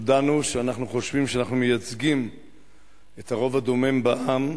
הודענו שאנחנו חושבים שאנחנו מייצגים את הרוב הדומם בעם,